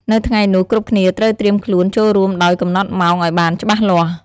នៅថ្ងៃនោះ គ្រប់គ្នាត្រូវត្រៀមខ្លួនចូលរួមដោយកំណត់ម៉ោងអោយបានច្បាស់លាស់ ។